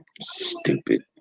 stupid